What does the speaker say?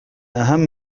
أهم